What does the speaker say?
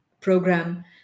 program